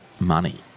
money